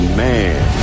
man